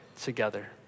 together